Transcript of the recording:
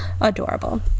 adorable